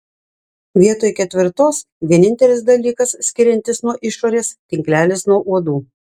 vietoj ketvirtos vienintelis dalykas skiriantis nuo išorės tinklelis nuo uodų